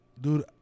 Dude